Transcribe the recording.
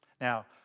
Now